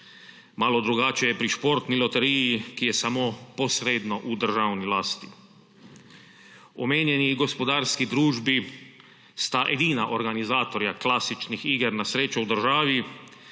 Malo drugače je pri Športni loteriji, ki je samo posredno v državni lasti. Omenjeni gospodarski družbi sta edina organizatorja klasičnih iger na srečo v državi,